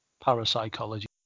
parapsychology